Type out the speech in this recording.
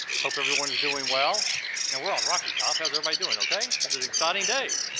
hope everyone is doing well now we're on rocky top how's everybody doing okay this is exciting day